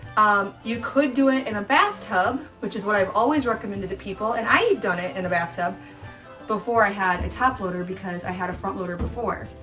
um, you could do it in a bathtub, which is what i've always recommended to people and i have done it in a bathtub before i had a top loader because i had a front loader before.